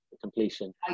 completion